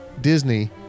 Disney